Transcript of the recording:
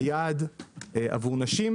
היעד עבור נשים